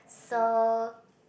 so